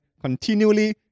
continually